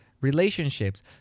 relationships